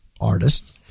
artists